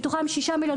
מתוכם 6 מיליון,